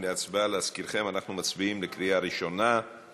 להזכירכם, אנחנו מצביעים בקריאה ראשונה על